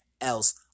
else